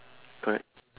correct